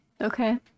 Okay